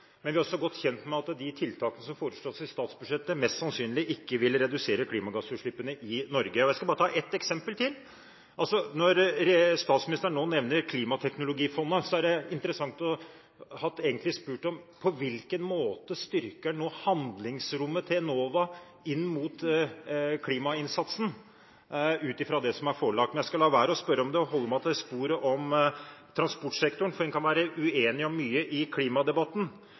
at de tiltakene som foreslås i statsbudsjettet, mest sannsynlig ikke vil redusere klimagassutslippene i Norge. Jeg skal bare ta et eksempel til. Når statsministeren nå nevner Klimateknologifondet, ville det egentlig vært interessant å spørre om på hvilken måte en nå styrker handlingsrommet til Enova inn mot klimainnsatsen ut fra det som er forelagt. Men jeg skal la være å spørre om det og holde meg til sporet om transportsektoren, for en kan være uenig om mye i klimadebatten,